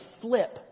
flip